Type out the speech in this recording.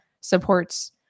supports